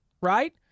right